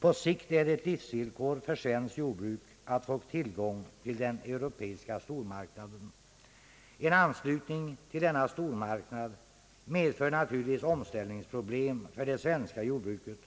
På sikt är det ett livsvillkor för svenskt jordbruk att få tillgång till den europeiska stormarknaden. En anslutning till denna stormarknad medför naturligtvis omställningsproblem för det svenska jordbruket.